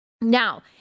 Now